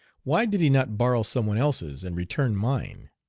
why did he not borrow some one else's and return mine?